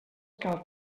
cal